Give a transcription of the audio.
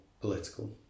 political